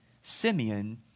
Simeon